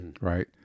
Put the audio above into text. Right